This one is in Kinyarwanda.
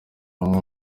umwe